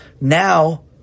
Now